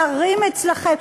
שרים אצלכם.